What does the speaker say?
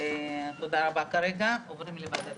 איך נקבע על ידיכם מה זה עומס?